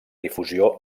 difusió